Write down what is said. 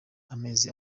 amezi